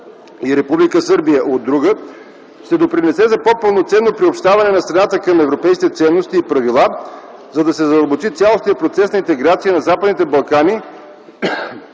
Сърбия, от друга, ще допринесе за по-пълноценното приобщаване на страната към европейските ценности и правила, за да се задълбочи цялостният процес на интеграция на Западните Балкани,